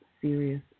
Serious